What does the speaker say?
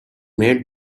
made